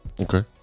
Okay